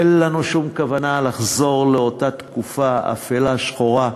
אין לנו שום כוונה לחזור לאותה תקופה אפלה, שחורה,